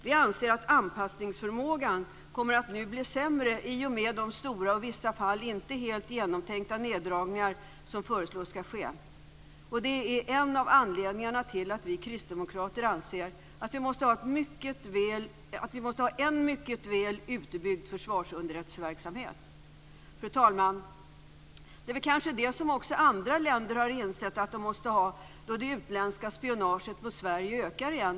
Vi anser att anpassningsförmågan nu kommer att bli sämre i och med de stora och i vissa fall inte helt genomtänkta neddragningar som föreslås ska ske. Det är en av anledningarna till att vi kristdemokrater anser att vi måste ha en mycket väl utbyggd försvarsunderrättelseverksamhet. Fru talman! Det är kanske det som också andra länder har insett att de måste ha då det utländska spionaget på Sverige ökar igen.